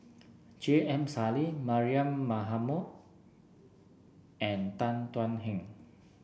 J M Sali Mariam Baharom and Tan Thuan Heng